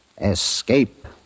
escape